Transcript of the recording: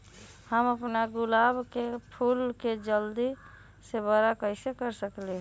हम अपना गुलाब के फूल के जल्दी से बारा कईसे कर सकिंले?